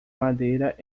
madeira